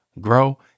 grow